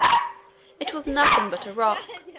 it was nothing but a rock,